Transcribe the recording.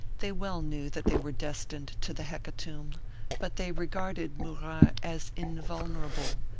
they well knew that they were destined to the hecatomb but they regarded murat as invulnerable,